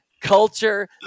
culture